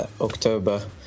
October